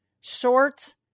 Short